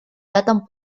этом